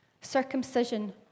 Circumcision